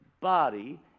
body